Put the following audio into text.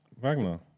Wagner